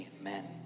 amen